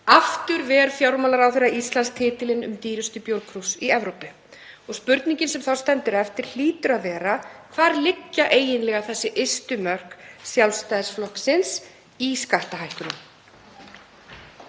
aftur ver fjármálaráðherra Íslands titilinn um dýrustu bjórkrús í Evrópu. Spurningin sem þá stendur eftir hlýtur að vera: Hvar liggja eiginlega þessi ystu mörk Sjálfstæðisflokksins í skattahækkunum?